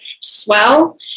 swell